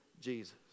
Jesus